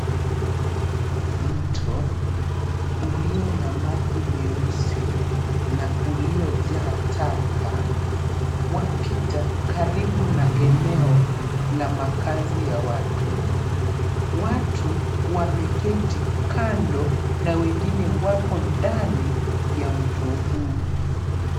Mto ulio na maji meusi, na uliojaa taka, wapita karibu na eneo la makaazi ya watu. Watu wameketi kando, na wengine wapo ndani ya mto huu.